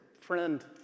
friend